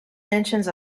mentions